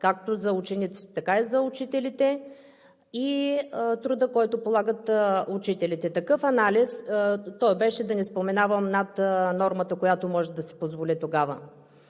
както за учениците, така и за учителите, и трудът, който полагат учителите. Той беше, да не споменавам, над нормата, която можеше да се позволи тогава.